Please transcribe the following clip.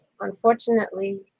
unfortunately